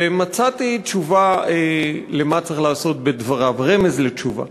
ומצאתי תשובה למה צריך לעשות בדבריו, רמז לתשובה.